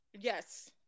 Yes